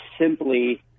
simply